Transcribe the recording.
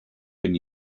when